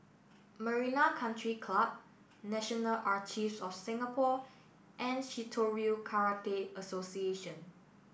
Marina Country Club National of Singapore and Shitoryu Karate Association